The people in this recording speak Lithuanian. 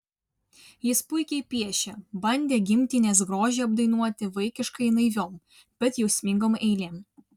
jis puikiai piešė bandė gimtinės grožį apdainuoti vaikiškai naiviom bet jausmingom eilėm